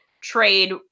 trade